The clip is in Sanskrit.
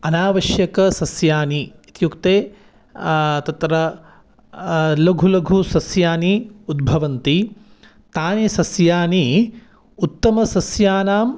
अनावश्यकसस्यानि इत्युक्ते तत्र लघु लघु सस्यानि उद्भवन्ति तानि सस्यानि उत्तमसस्यानां